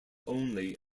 only